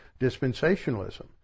dispensationalism